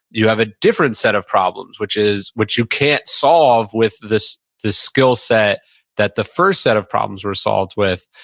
you have a different set of problems, which is what you can't solve with this this skill set that the first set of problems were solved with.